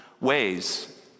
ways